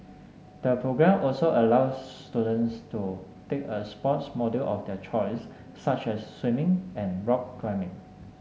the programme also allows students to take a sports module of their choice such as swimming and rock climbing